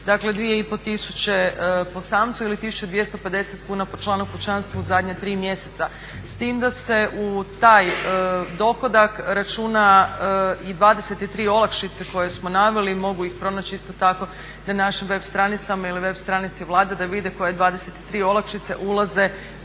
Dakle 2,5 tisuće po samcu ili 1250 kuna po članu kućanstva u zadnja 3 mjeseca. S time da se u taj dohodak računa i 23 olakšice koje smo naveli, mogu ih pronaći isto tako na našim web stranicama ili web stranici Vlade da vide koje 23 olakšice ulaze